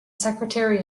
secretary